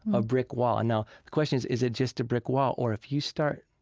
a brick wall. and now, the question is, is it just a brick wall? or if you start,